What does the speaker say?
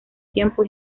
tiempo